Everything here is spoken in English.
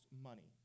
money